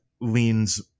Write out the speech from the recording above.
leans